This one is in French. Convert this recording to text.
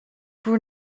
vous